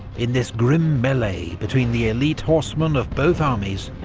in this grim melee between the elite horsemen of both armies,